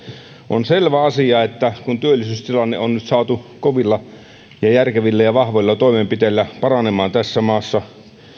on selvä asia että työllisyystilanne on nyt saatu kovilla ja järkevillä ja vahvoilla toimenpiteillä paranemaan tässä maassa